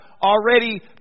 already